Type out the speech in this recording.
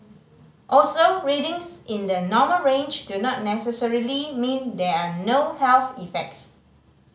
also readings in the normal range do not necessarily mean there are no health effects